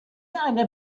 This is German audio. eine